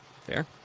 Fair